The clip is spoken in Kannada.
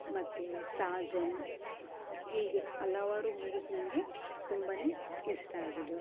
ಮತ್ತು ಸಾಜನ್ ಹೀಗೆ ಹಲವಾರು ಮೂವೀಸ್ ನನಗೆ ತುಂಬನೆ ಇಷ್ಟ ಆಗಿದೆ